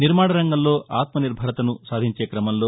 నిర్మాణరంగంలో ఆత్మనిర్భరతను సాధించే కమంలో